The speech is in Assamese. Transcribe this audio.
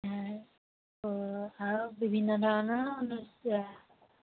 আৰু বিভিন্ন ধৰণৰ